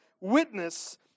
witness